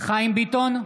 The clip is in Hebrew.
חיים ביטון,